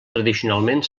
tradicionalment